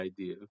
idea